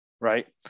right